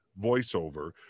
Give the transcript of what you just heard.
voiceover